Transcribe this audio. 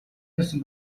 нээсэн